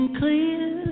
clear